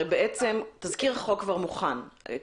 הרי בעצם תזכיר החוק כבר מוכן,